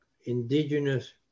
indigenous